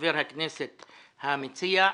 לחבר הכנסת המציע,